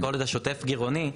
לקרוא לזה שוטף גירעוני,